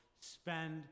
spend